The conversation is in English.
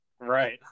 Right